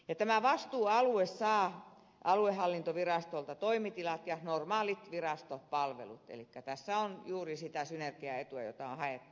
tämä vastuualue saa aluehallintovirastolta toimitilat ja normaalit virastopalvelut elikkä tässä on juuri sitä synergiaetua jota on haettu